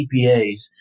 CPAs